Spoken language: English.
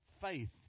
Faith